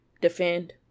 defend